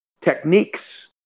techniques